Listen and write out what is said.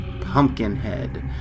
Pumpkinhead